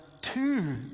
two